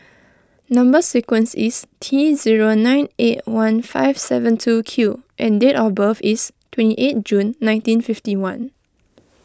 Number Sequence is T zero nine eight one five seven two Q and date of birth is twenty eight June nineteen fifty one